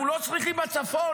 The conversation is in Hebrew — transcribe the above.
אנחנו לא צריכים בצפון?